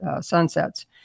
sunsets